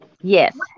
Yes